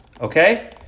okay